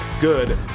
good